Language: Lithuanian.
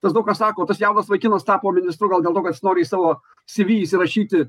tas daug ką sako tas jaunas vaikinas tapo ministru gal dėl to kad jis nori į savo cv įsirašyti